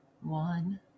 One